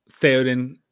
Theoden